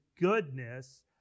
goodness